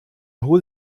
hol